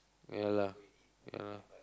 ya lah ya lah